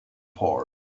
port